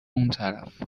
اونطرف